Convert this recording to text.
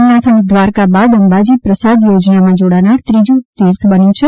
સોમનાથ અને દ્વારકા બાદ અંબાજી પ્રસાદ યોજનામાં જોડનાર ત્રીજું તીર્થ બન્યું છે